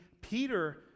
Peter